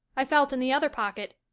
i felt in the other pocket.